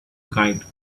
kite